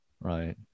Right